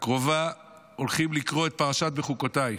הקרובה הולכים לקרוא את פרשת בחוקותיי.